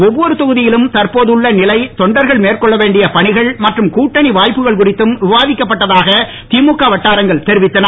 ஒவ்வொரு தொகுதியிலும் தற்போது உள்ள நிலை தொண்டர்கள் மேற்கொள்ள வேண்டிய பணிகள் மற்றும் கட்டணி வாய்ப்புகள் குறித்தும் விவாதிக்கப்பட்டதாக திமுக வட்டாரங்கள் தெரிவித்தன